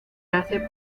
hace